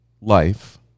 life